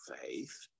faith